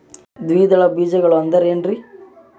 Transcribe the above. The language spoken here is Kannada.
ದ್ವಿದಳ ಬೇಜಗಳು ಅಂದರೇನ್ರಿ?